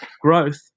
growth